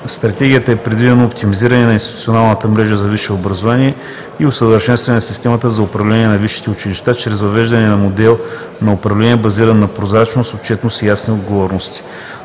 Стратегията е предвидено оптимизиране на институционалната мрежа за висше образование и усъвършенстване на системата за управление на висшите училища чрез въвеждане на модел на управление, базиран на прозрачност, отчетност и ясни отговорности.